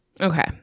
Okay